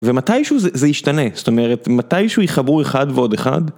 ומתישהו זה זה ישתנה, זאת אומרת, מתישהו יחברו אחד ועוד אחד.